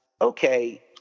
okay